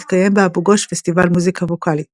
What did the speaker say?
מתקיים באבו גוש פסטיבל מוזיקה ווקאלית.